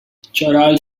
chorale